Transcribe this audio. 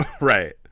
Right